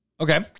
Okay